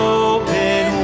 open